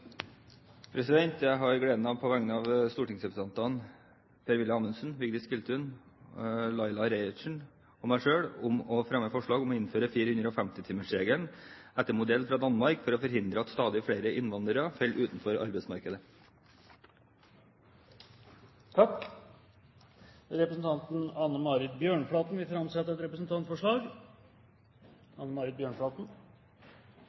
Jeg har gleden av på vegne av stortingsrepresentantene Per-Willy Amundsen, Vigdis Giltun, Laila Marie Reiertsen og meg selv å fremme forslag om å innføre 450-timersregel, etter modell fra Danmark, for å forhindre at stadig flere innvandrere faller utenfor arbeidsmarkedet. Representanten Anne Marit Bjørnflaten vil framsette et